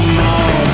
more